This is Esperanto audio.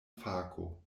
fako